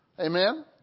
Amen